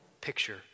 picture